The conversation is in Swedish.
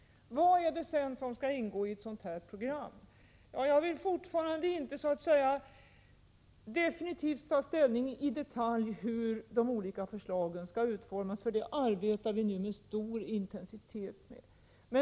Vad skall sedan ingå i ett sådant här program? Jag vill fortfarande inte definitivt ta ställning i detalj till hur förslaget skall utformas, men vi arbetar med stor intensitet.